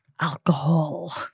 alcohol